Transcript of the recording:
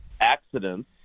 accidents